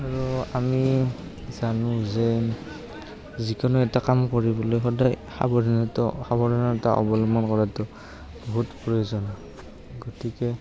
আৰু আমি জানোঁ যে যিকোনো এটা কাম কৰিবলৈ সদায় সাৱধানতা সাৱধানতা অৱলম্বন কৰাটো বহুত প্ৰয়োজন গতিকে